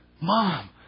mom